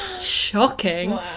shocking